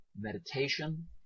meditation